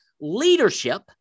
Leadership